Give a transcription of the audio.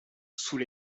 sous